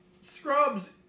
Scrubs